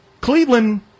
Cleveland